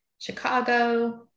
Chicago